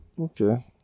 Okay